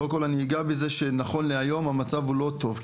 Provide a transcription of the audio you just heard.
קודם כל אני אגע בזה שנכון להיום המצב הוא לא טוב,